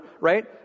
right